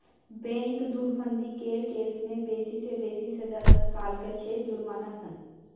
bank धुरफंदी केर case मे बेसी सँ बेसी सजा दस सालक छै जुर्माना संग